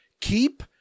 keep